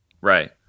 Right